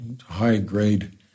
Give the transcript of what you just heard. High-grade